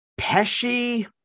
Pesci